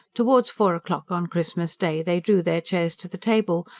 towards four o'clock on christmas day they drew their chairs to the table,